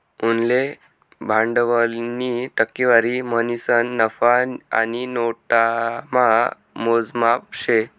उनले भांडवलनी टक्केवारी म्हणीसन नफा आणि नोटामा मोजमाप शे